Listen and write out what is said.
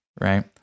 Right